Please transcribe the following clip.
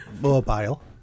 mobile